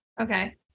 Okay